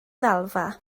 ddalfa